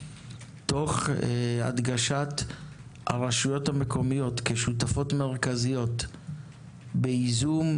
תוך הדגשת הרשויות המקומיות כשותפות מרכזיות בייזום,